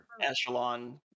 echelon